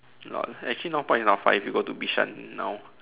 lol actually north point is not far if you go to Bishan now